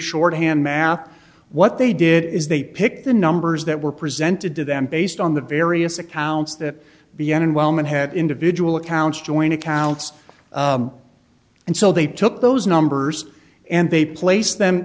shorthand math what they did is they picked the numbers that were presented to them based on the various accounts that b n and wellman had individual accounts joint accounts and so they took those numbers and they place them